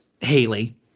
Haley